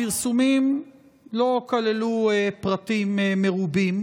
הפרסומים לא כללו פרטים מרובים,